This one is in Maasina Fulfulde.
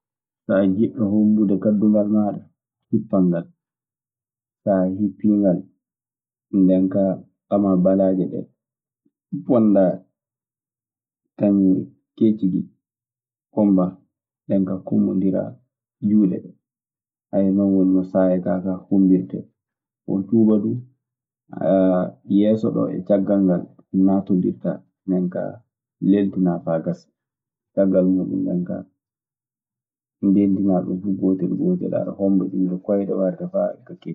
So a jiɗɗo hombude kaadungal maaɗa, a hippan ngal. So a hippii ngal, ndeen kaa ɓamaa balaaje ɗee ponndaa kañun e keeci kii kombaa. Ndeen kaa kombondiraa juuɗe ɗee, non woni no saaya kaa kaa hombirtee. Bon, tuuba duu, aa yeeso ɗoo e caggal ngal naatondirtaa. Ndeen kaa leltinaa faa gaasa. Caggal muuɗun, ndeen kaa ndeentinaa ɗun fuu gootel gootel. Aɗe homba iwde koyɗe faa ka keeci gaa.